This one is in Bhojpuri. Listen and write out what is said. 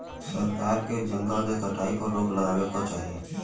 सरकार के जंगल के कटाई पर रोक लगावे क चाही